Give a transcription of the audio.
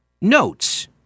notes